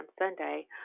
Sunday